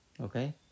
Okay